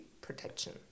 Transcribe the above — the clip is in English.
protection